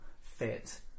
fit